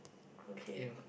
okay